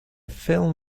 film